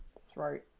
throat